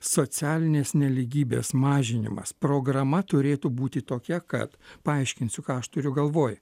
socialinės nelygybės mažinimas programa turėtų būti tokia kad paaiškinsiu ką aš turiu galvoj